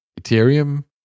Ethereum